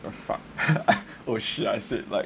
what the fuck oh shit I say like